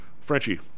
Frenchie